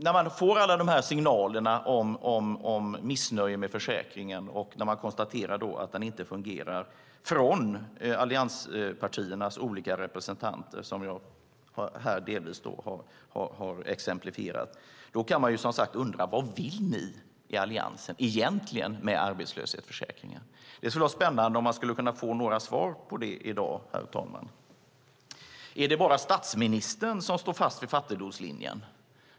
När man får alla dessa signaler om missnöje med försäkringen från allianspartiernas olika representanter, som jag delvis här har exemplifierat, och när man konstaterar att den inte fungerar undrar jag: Vad vill ni i Alliansen egentligen med arbetslöshetsförsäkringen? Det skulle vara spännande att få några svar på det i dag, herr talman.